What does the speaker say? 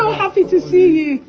happy to see you.